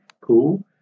cool